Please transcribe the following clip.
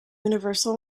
universal